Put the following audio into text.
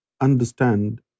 understand